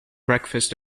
breakfast